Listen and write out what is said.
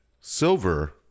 Silver